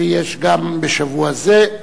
שיש בשבוע זה.